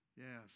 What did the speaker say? Yes